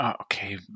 Okay